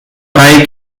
bei